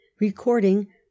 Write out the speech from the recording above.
Recording